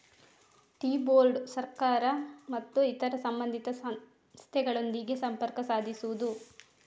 tea board ಸರ್ಕಾರ ಮತ್ತು ಇತರ ಸಂಬಂಧಿತ ಸಂಸ್ಥೆಗಳೊಂದಿಗೆ ಸಂಪರ್ಕ ಸಾಧಿಸುವುದು